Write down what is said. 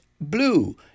blue